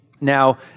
Now